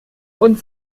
und